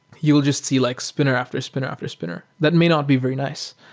you will just see like spinner after spinner after spinner. that may not be very nice.